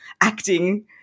acting